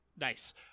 Nice